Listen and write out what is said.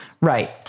Right